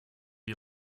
you